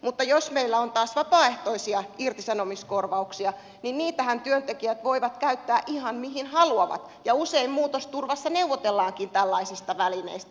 mutta jos meillä on taas vapaaehtoisia irtisanomiskorvauksia niin niitähän työntekijät voivat käyttää ihan mihin haluavat ja usein muutosturvassa neuvotellaankin tällaisista välineistä